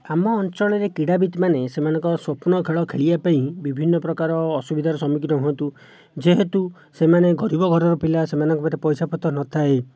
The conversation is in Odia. ଆମ ଅଞ୍ଚଳରେ କ୍ରୀଡ଼ାବିତ୍ମାନେ ସେମାନଙ୍କ ସ୍ଵପ୍ନ ଖେଳ ଖେଳିବା ପାଇଁ ବିଭିନ୍ନ ପ୍ରକାର ଅସୁବିଧାର ସମ୍ମୁଖୀନ ହୁଅନ୍ତୁ ଯେହେତୁ ସେମାନେ ଗରିବ ଘରର ପିଲା ସେମାନଙ୍କ ପାଖରେ ପଇସାପତ୍ର ନଥାଏ